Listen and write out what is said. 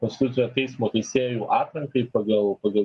konstitucinio teismo teisėjų atrankai pagal pagal